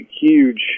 huge